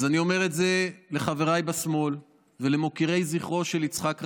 אז אני אומר את זה לחבריי בשמאל ולמוקירי זכרו של יצחק רבין: